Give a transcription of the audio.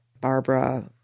Barbara